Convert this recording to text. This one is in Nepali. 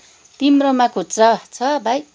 तिम्रोमा खुद्रा छ भाइ